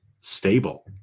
stable